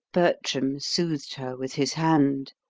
bertram soothed her with his hand,